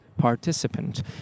participant